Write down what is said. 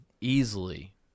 easily